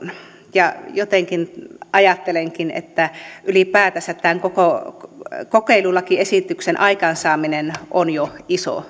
ja jotenkin ajattelenkin että ylipäätänsä tämän koko kokeilulakiesityksen aikaansaaminen on jo iso